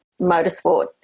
motorsport